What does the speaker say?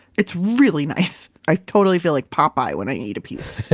it's really nice. i totally feel like popeye when i eat a piece.